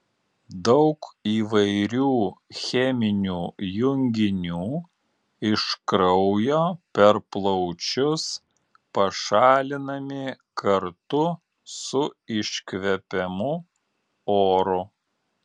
daug įvairių cheminių junginių iš kraujo per plaučius pašalinami kartu su iškvepiamu oru